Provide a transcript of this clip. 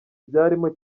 byarimo